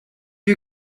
you